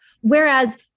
Whereas